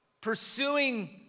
pursuing